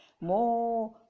more